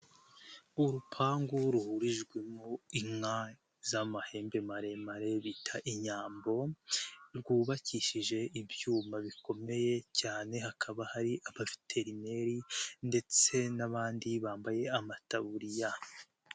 Urupangu ruhurijwemo inka z'amahembe maremare bita inyambo rwubakishije ibyuma bikomeye cyane, hakaba hari abaveterineri ndetse n'abandi bambaye amataburiya.